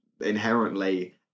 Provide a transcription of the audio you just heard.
inherently